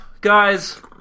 guys